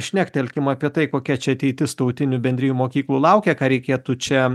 šnektelkim apie tai kokia čia ateitis tautinių bendrijų mokyklų laukia ką reikėtų čia